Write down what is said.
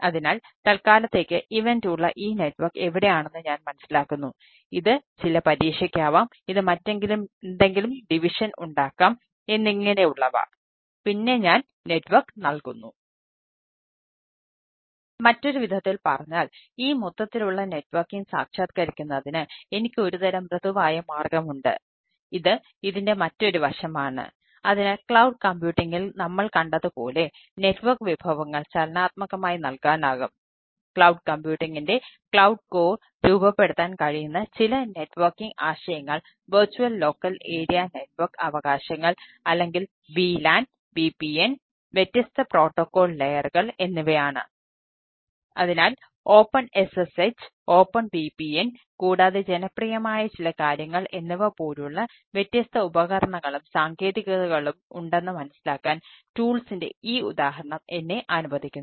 അതിനാൽ മറ്റൊരു വിധത്തിൽ പറഞ്ഞാൽ ഈ മൊത്തത്തിലുള്ള നെറ്റ്വർക്കിംഗ് ഈ ഉദാഹരണം എന്നെ അനുവദിക്കുന്നു